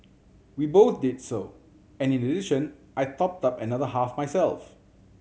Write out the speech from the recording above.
we both did so and in addition I topped up another half myself